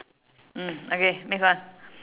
mm okay next one